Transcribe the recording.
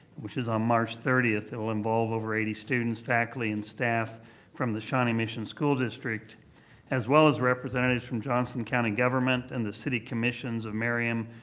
which is on march thirtieth, that will involve over eighty students, faculty and staff from the shawnee mission school district as well as representatives from johnson county government and the city commissions of merriam,